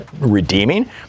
redeeming